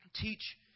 teach